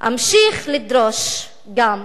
אמשיך לדרוש גם,